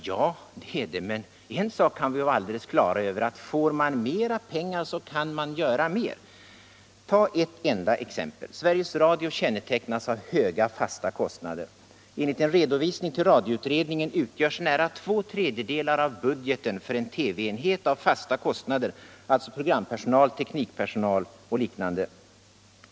Ja, det är det, men en sak kan vi vara alldeles klara över: får man mera pengar kan man göra mer. Ta ett enda exempel. Sveriges Radio kännetecknas av höga fasta kostnader. Enligt en redovisning till radioutredningen utgörs nära två tredjedelar av budgeten för en TV-enhet av fasta kostnader — alltså programpersonal, teknikpersonal och liknande.